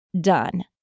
done